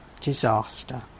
disaster